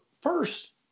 first